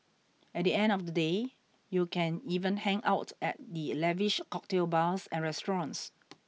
at the end of the day you can even hang out at the lavish cocktail bars and restaurants